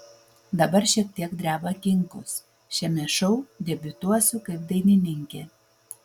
dabar šiek tiek dreba kinkos šiame šou debiutuosiu kaip dainininkė